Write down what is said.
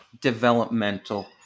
developmental